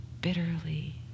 bitterly